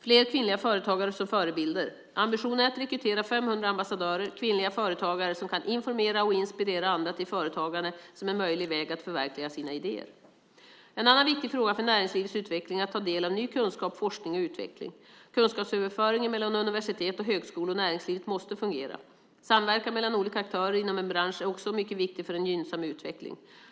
Fler kvinnliga företagare som förebilder: Ambitionen är att rekrytera 500 ambassadörer, kvinnliga företagare som kan informera och inspirera andra till företagande som en möjlig väg att förverkliga sina idéer. En annan viktig fråga för näringslivets utveckling är att ta del av ny kunskap, forskning och utveckling. Kunskapsöverföringen mellan universitet och högskolor och näringslivet måste fungera. Samverkan mellan olika aktörer inom en bransch är också mycket viktig för en gynnsam utveckling.